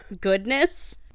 goodness